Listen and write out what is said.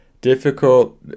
difficult